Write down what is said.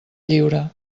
lliure